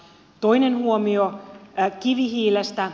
toinen huomio kivihiilestä